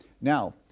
Now